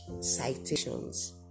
citations